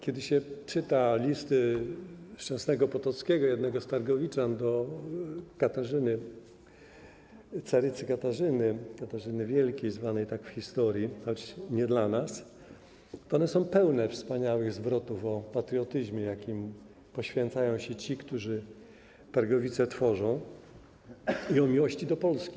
Kiedy się czyta listy Szczęsnego Potockiego, jednego z targowiczan, do carycy Katarzyny Wielkiej - zwanej tak w historii, acz wielkiej nie dla nas - to one są pełne wspaniałych zwrotów o patriotyzmie, jakim cechują się ci, którzy targowicę tworzą, i o miłości do Polski.